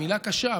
היא מילה קשה,